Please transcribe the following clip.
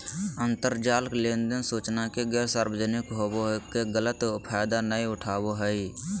अंतरजाल लेनदेन सूचना के गैर सार्वजनिक होबो के गलत फायदा नयय उठाबैय हइ